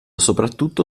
soprattutto